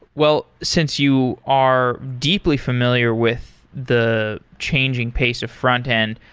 well, since you are deeply familiar with the changing pace of frontend,